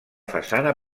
façana